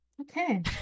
okay